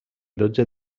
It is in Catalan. dotze